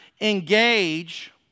engage